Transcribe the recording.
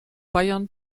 bayern